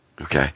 Okay